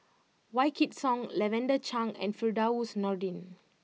Wykidd Song Lavender Chang and Firdaus Nordin